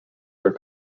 their